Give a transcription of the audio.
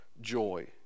joy